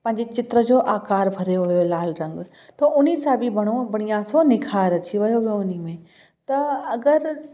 पंहिंजी चित्र जो आकार भरियो हुयो लाल रंग त उन सां बि बढ़िया बढ़िया सो निखारु अची वियो हो उन में त अगरि